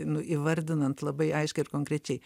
nu įvardinant labai aiškiai ir konkrečiai